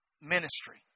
ministry